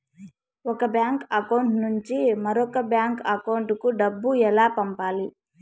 ఒక bank account నుంచి మరొక బ్యాంకు అకౌంట్ కు డబ్బు ఎలా పంపాలి